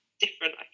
different